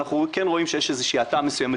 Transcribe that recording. אנחנו כן רואים שיש איזושהי האטה מסוימת